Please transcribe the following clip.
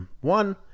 one